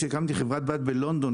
כשהקמתי חברת בת בלונדון,